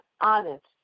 honest